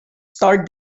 start